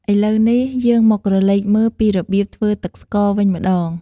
ឥឡូវនេះ យើងមកក្រឡេកមើលពីរបៀបធ្វើទឹកស្ករវិញម្ដង។